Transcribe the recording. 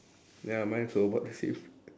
ya mine also about the same